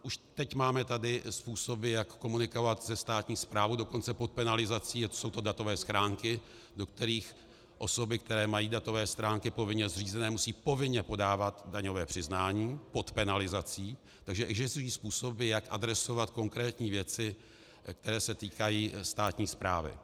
Už teď tady máme způsoby, jak komunikovat se státní správou, dokonce pod penalizací, ať jsou to datové schránky, do kterých osoby, které mají datové schránky povinně zřízené, musí povinně podávat daňové přiznání pod penalizací, takže existují způsoby, jak adresovat konkrétní věci, které se týkají státní správy.